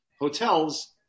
hotels